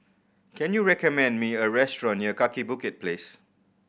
can you recommend me a restaurant near Kaki Bukit Place